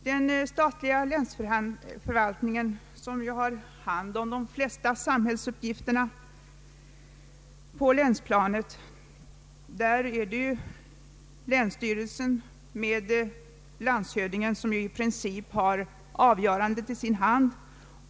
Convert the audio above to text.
Den statliga länsförvaltningen har nu hand om de flesta samhällsuppgifterna på länsplanet — det är länsstyrelsen med landshövdingen som i princip har avgörandet i sin hand.